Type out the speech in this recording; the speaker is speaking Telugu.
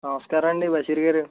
నమస్కారం అండి బషీర్ గారు